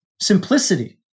Simplicity